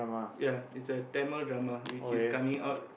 ya it's a Tamil drama which is coming out